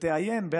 שתאיין את